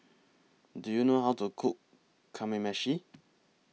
Do YOU know How to Cook Kamameshi